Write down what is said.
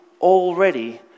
already